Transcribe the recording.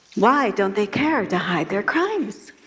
why don't they care to hide their crimes?